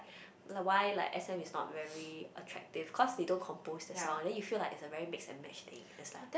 like why like S_M is not very attractive cause they don't compose their song then you feel like it's a very mix and match thing it's like